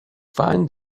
find